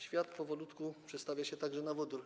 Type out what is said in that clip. Świat powolutku przestawia się także na wodór.